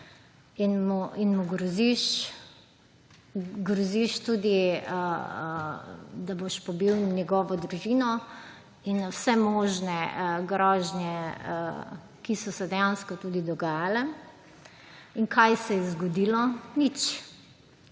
groziš tudi, da boš pobil njegovo družino in vse možne grožnje, ki so se dejansko tudi dogajale. In kaj se je zgodilo? Nič.